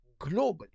globally